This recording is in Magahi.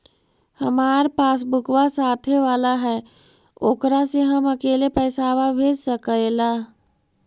हमार पासबुकवा साथे वाला है ओकरा से हम अकेले पैसावा भेज सकलेहा?